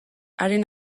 haren